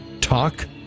Talk